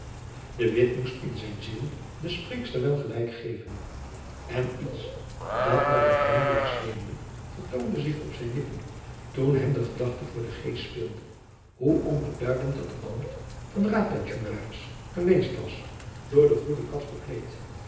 de witt moest in zijn ziel der spreekster wel gelijk geven en iets dat naar een glimlach zweemde vertoonde zich op zijn lippen toen hem de gedachte voor den geest speelde hoe onbeduidend dat ambt van raadpensionaris geweest was door den goeden